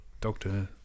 Doctor